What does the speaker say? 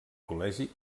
col·legi